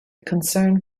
concern